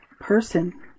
person